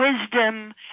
wisdom